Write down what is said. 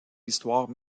histoire